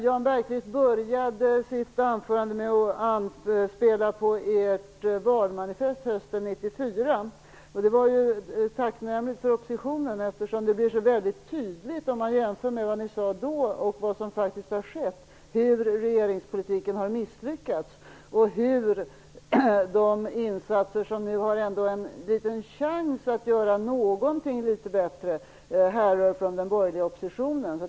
Jan Bergqvist började sitt anförande med att anspela på socialdemokraternas valmanifest hösten 1994. Det var ju tacknämligt för oppositionen eftersom det, om man jämför vad ni sade då med vad som faktiskt har skett, blir så väldigt tydligt hur regeringspolitiken har misslyckats och hur de insatser som ändå har en liten chans att göra så att någonting blir bättre härrör från den borgerliga oppositionen.